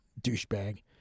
douchebag